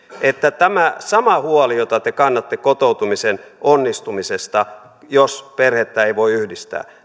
että tämä sama huoli jota te kannatte kotoutumisen onnistumisesta jos perhettä ei voi yhdistää